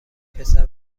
پسر